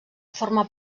forma